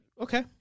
okay